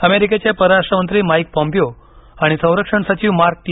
अमेरिकेचे परराष्ट्रमंत्री Mike Pompeo आणि संरक्षण सचिव मार्क टी